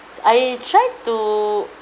I try to